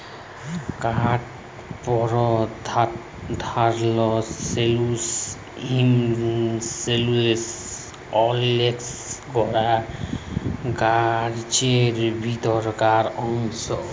কাঠ পরধালত cellulose, hemicellulose অ লিগলিলে গড়া গাহাচের ভিতরকার অংশ